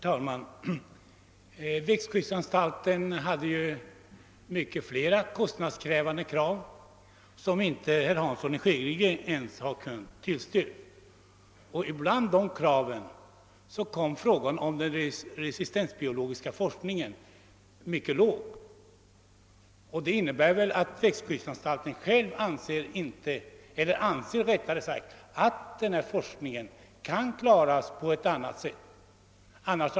Herr talman! Växtskyddsanstalten hade många fler kostnadskrävande yrkanden som inte ens herr Hansson i Skegrie har ansett sig kunna tillstyrka. Kravet på den resistensbiologiska forskningen kom därvid att få en mycket låg prioritering, och det torde innebära att man även från växtskyddsanstaltens sida anser att denna forskning kan klaras på annat sätt.